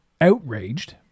outraged